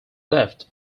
left